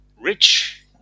rich